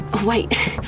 Wait